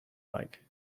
like